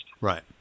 Right